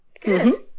Good